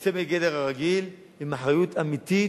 יוצא מגדר הרגיל, עם אחריות אמיתית,